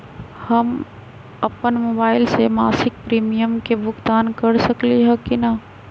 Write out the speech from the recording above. हम अपन मोबाइल से मासिक प्रीमियम के भुगतान कर सकली ह की न?